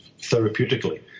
therapeutically